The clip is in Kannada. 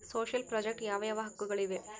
ಸೋಶಿಯಲ್ ಪ್ರಾಜೆಕ್ಟ್ ಯಾವ ಯಾವ ಹಕ್ಕುಗಳು ಇವೆ?